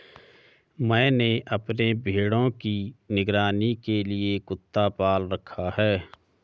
मैंने अपने भेड़ों की निगरानी के लिए कुत्ता पाल रखा है